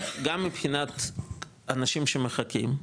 גם מבחינת אנשים שמחכים,